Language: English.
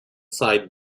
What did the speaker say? side